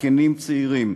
זקנים וצעירים,